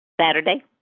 Saturday